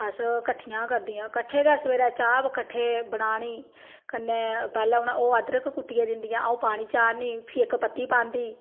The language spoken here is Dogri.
अस्स कट्ठियां करदियां कट्ठियां के सबेरे चाह् बी कट्ठी बनानी कन्नै पैहला ओह् अदरक कुट्टियै दिंदी ऐ आउं पानी चाढ़नी फ्ही इक पत्ती पांदी